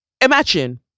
imagine